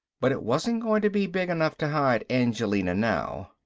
but it wasn't going to be big enough to hide angelina now.